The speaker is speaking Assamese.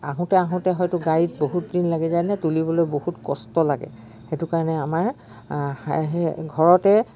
আহোঁতে আহোঁতে হয়তো গাড়ীত বহুত দিন লাগে যায় নে তুলিবলৈ বহুত কষ্ট লাগে সেইটো কাৰণে আমাৰ সেই ঘৰতে